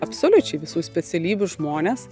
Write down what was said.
absoliučiai visų specialybių žmonės